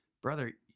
Brother